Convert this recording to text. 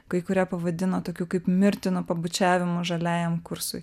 kai kurie pavadino tokiu kaip mirtinu pabučiavimu žaliajam kursui